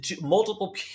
multiple